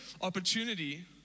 opportunity